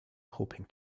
hoping